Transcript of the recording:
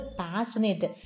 passionate